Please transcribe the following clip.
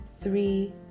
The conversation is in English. three